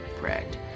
bread